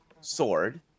sword